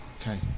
Okay